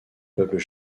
peuples